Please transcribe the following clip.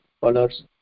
colors